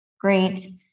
great